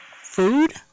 Food